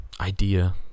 idea